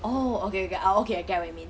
oh okay okay ah okay I get what you mean